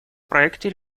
проекте